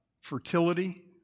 fertility